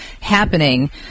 happening